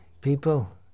people